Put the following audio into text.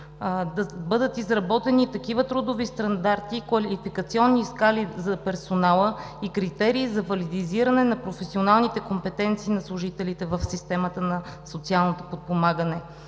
Да бъдат изработени такива трудови стандарти – квалификационни скали за персонала и критерии за валидизиране на професионалните компетенции на служителите в системата на социалното подпомагане.